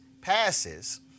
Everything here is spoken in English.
passes